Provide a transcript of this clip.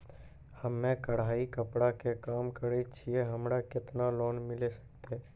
हम्मे कढ़ाई कपड़ा के काम करे छियै, हमरा केतना लोन मिले सकते?